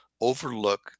overlook